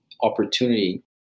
opportunity